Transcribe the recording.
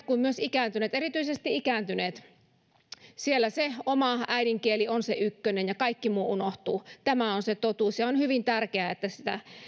kuin myös ikääntyneiden kohdalla erityisesti ikääntyneiden kohdalla kun se oma äidinkieli on se ykkönen ja kaikki muu unohtuu tämä on se totuus ja on hyvin tärkeää että sitä